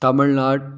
Tamil Nadu